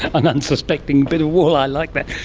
an unsuspecting bit of wall, i like that.